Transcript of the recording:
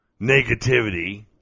negativity